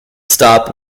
stop